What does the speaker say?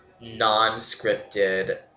non-scripted